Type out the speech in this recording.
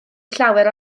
llawer